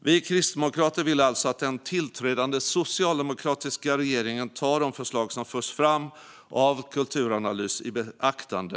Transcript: Vi kristdemokrater vill alltså att den tillträdande socialdemokratiska regeringen tar de förslag som förs fram av Kulturanalys i beaktande.